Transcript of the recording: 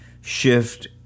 shift